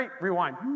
rewind